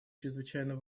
чрезвычайно